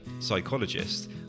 psychologist